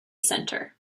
center